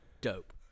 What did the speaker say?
Dope